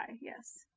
yes